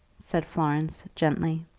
said florence, gently.